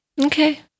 Okay